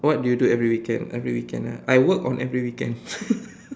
what do you do every weekend every weekend ah I work on every weekend